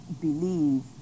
Believe